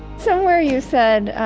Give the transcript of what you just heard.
somewhere you said,